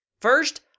First